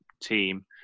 team